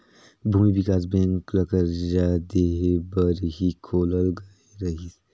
भूमि बिकास बेंक ल करजा देहे बर ही खोलल गये रहीस